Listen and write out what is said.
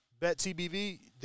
BETTBV